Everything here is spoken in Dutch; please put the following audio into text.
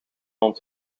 ons